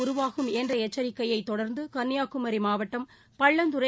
உருவாகும் என்றஎச்சிக்கையைத் தொடர்ந்துகன்னியாகுமரிமாவட்டம் பள்ளந்துறை